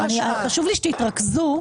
חשוב לי שתתרכזו.